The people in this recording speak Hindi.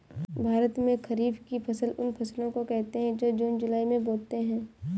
भारत में खरीफ की फसल उन फसलों को कहते है जो जून जुलाई में बोते है